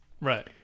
Right